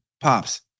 pops